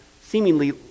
seemingly